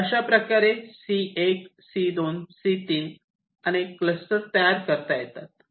तर अशा प्रकारे सी 1 सी 2 सी 3 अनेक क्लस्टर तयार करता येतात